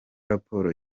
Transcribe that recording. raporo